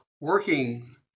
working